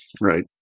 right